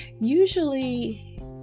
usually